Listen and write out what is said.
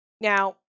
now